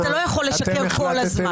אתה לא יכול לשקר כל הזמן.